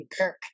kirk